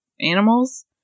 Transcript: animals